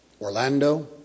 Orlando